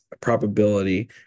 probability